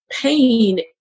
pain